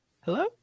hello